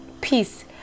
Peace